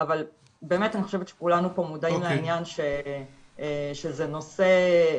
אבל באמת אני חושבת שכולנו פה מודעים לעניין שזה נושא,